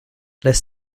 less